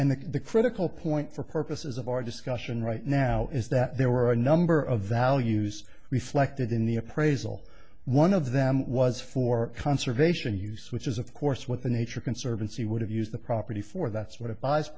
and then the critical point for purposes of our discussion right now is that there were a number of values reflected in the appraisal one of them was for conservation use which is of course what the nature conservancy would have used the property for that